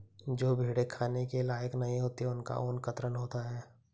जो भेड़ें खाने के लायक नहीं होती उनका ऊन कतरन होता है